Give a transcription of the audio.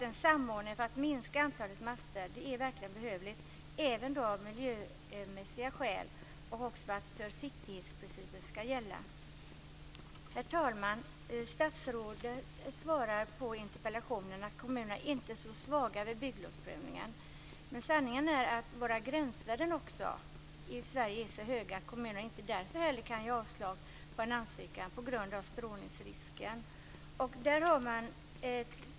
En samordning för att minska antalet master är verkligen behövlig, även av miljömässiga skäl. Försiktighetsprincipen bör gälla. Herr talman! Statsrådet säger i sitt interpellationssvar att kommunerna inte står svaga vid bygglovsprövningen, men sanningen är också den att gränsvärdena är så höga att kommunerna inte heller därför kan avslå en ansökan på grund av strålningsrisken.